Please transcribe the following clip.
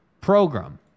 program